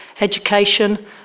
education